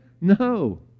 No